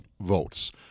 votes